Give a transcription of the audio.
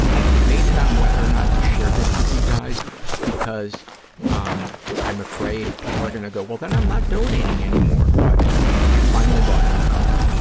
i debated on whether or not to share this with you guys because um i'm afraid people are going to go, well, then i'm not donating anymore, but i finally bought a new car.